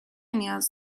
نیاز